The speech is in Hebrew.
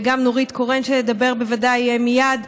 וגם נורית קורן שתדבר בוודאי מייד,